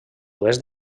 oest